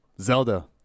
Zelda